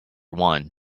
one